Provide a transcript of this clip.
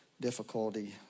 difficulty